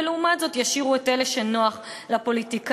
ולעומת זאת ישאירו את אלה שנוחים לפוליטיקאים.